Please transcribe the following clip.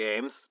games